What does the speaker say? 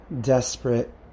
desperate